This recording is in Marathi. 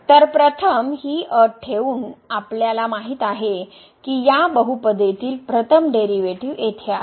तर प्रथम ही अट ठेवून आपल्याला माहित आहे की या बहुपदातील प्रथम डेरीवेटीव येथे आहे